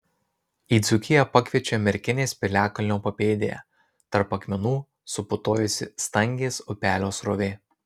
į dzūkiją pakviečia merkinės piliakalnio papėdėje tarp akmenų suputojusi stangės upelio srovė